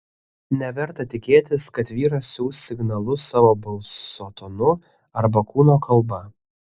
neverta tikėtis kad vyras siųs signalus savo balso tonu arba kūno kalba